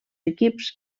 equips